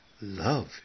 love